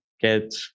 get